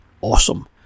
Awesome